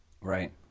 Right